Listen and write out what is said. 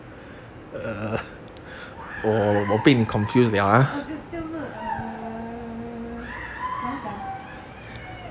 就是就是 err 怎么样讲